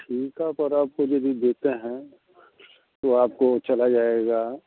ठीक है पर आप यदि देते हैं तो आपको चला जाएगा